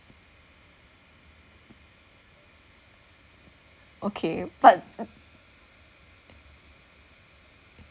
okay but